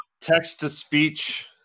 text-to-speech